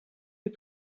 est